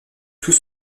tout